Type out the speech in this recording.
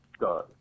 done